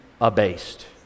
abased